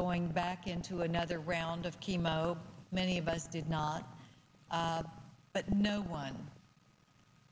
going back into another round of chemo many of us did not but no one